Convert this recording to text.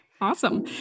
Awesome